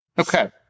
Okay